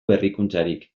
berrikuntzarik